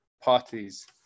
parties